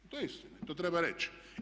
To je istina i to treba reći.